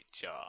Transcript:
job